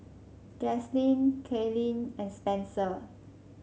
Jaslene Kailyn and Spencer